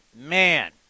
man